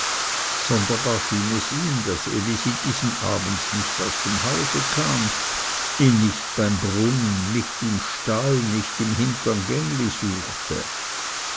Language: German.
schien es ihm daß elisi diesen abend nicht aus dem hause kam ihn nicht beim brunnen nicht im stall nicht im hintern gängli suchte